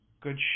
good